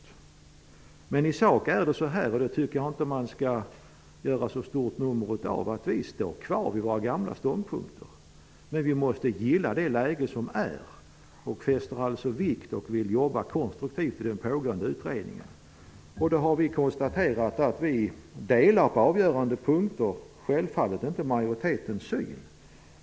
I sak står vi kvar vid våra gamla ståndpunkter. Det tycker jag inte att man skall göra så stort nummer av. Men vi måste gilla det läge som är. Vi fäster vikt vid den pågående utredningen och vill jobba konstruktivt med den. Vi har konstaterat att vi på avgörande punkter inte delar majoritetens syn.